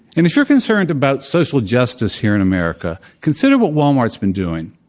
and if you're concerned about social justice here in america, consider what walmart's been doing.